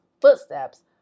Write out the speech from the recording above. footsteps